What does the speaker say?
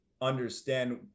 understand